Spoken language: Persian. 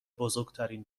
بزرگترین